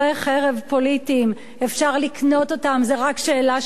אפשר לקנות אותם, זאת רק שאלה של מחיר.